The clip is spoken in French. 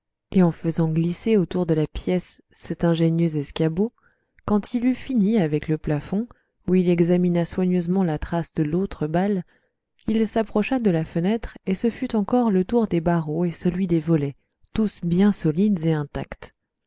et en faisant glisser autour de la pièce cet ingénieux escabeau quand il eut fini avec le plafond où il examina soigneusement la trace de l'autre balle il s'approcha de la fenêtre et ce fut encore le tour des barreaux et celui des volets tous bien solides et intacts